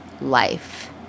life